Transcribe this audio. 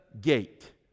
gate